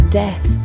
death